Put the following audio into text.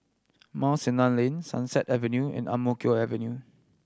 Mount Sinai Lane Sunset Avenue and Ang Mo Kio Avenue